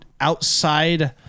outside